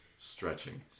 Stretching